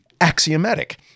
axiomatic